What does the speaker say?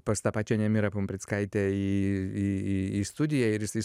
pas tą pačią nemirą pumprickaitę į į į studiją ir jisai